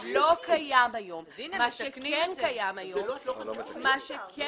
מה שכן קיים היום --- צריך יהיה